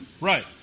Right